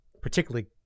particularly